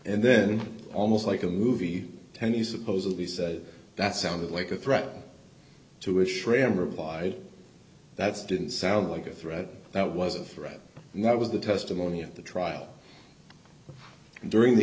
and then almost like a movie ten you supposedly said that sounded like a threat to a shrimp provide that's didn't sound like a threat that was a threat and that was the testimony at the trial and during the